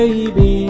Baby